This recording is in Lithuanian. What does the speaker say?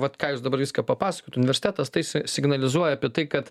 vat ką jūs dabar viską papasakojot universitetas tai si signalizuoja apie tai kad